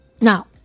Now